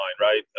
Right